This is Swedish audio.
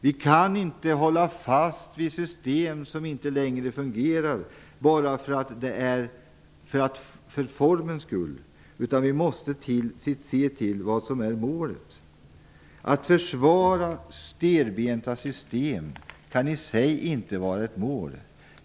Vi kan inte för formens skull hålla fast vid system som inte längre fungerar. Vi måste ha i åtanke vad som är målet. Att försvara stelbenta system kan i sig inte vara ett mål.